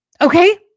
Okay